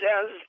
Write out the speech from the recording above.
says